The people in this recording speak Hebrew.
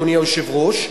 אדוני היושב-ראש,